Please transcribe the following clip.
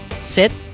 sit